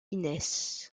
inès